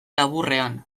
laburrean